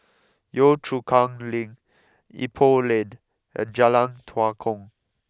Yio Chu Kang Link Ipoh Lane and Jalan Tua Kong